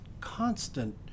constant